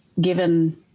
given